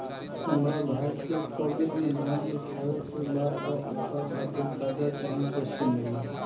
हमरा भाई के कॉलेज मे नाम लिखावे के बा त ओकरा खातिर कर्जा चाही कैसे मिली?